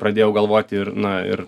pradėjau galvot ir na ir